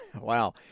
Wow